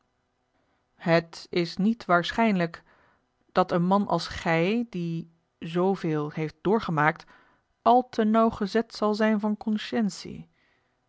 het is niet waarschijnlijk dat een man als gij die zooveel heeft doorgemaakt al te nauwgezet zal zijn van